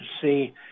see